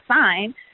sign